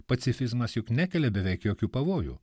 pacifizmas juk nekelia beveik jokių pavojų